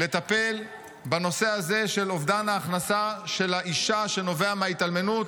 לטפל בנושא הזה של אובדן ההכנסה של האישה שנובע מההתאלמנות,